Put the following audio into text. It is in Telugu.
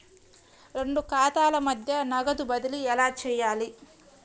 రెండు ఖాతాల మధ్య నగదు బదిలీ ఎలా చేయాలి?